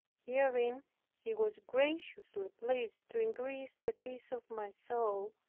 herein he was graciously pleased to increase the peace of my soul,